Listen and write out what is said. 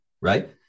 right